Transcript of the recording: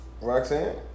Roxanne